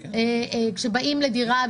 באים לדירה,